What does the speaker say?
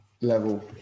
level